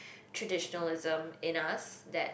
traditionalism in us that